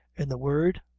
in the word,